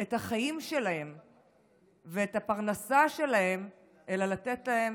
את החיים שלהם ואת הפרנסה שלהם, אלא לתת להם